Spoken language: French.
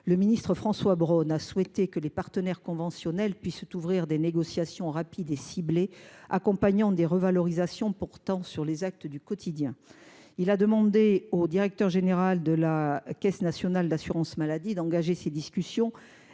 prévention, François Braun, a souhaité que les partenaires conventionnels ouvrent des négociations rapides et ciblées sur la revalorisation des actes du quotidien. Il a demandé au directeur général de la Caisse nationale d’assurance maladie d’engager ces discussions.